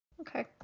Okay